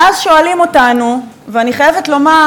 ואז שואלים אותנו, ואני חייבת לומר,